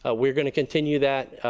ah we are going to continue that.